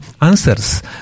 answers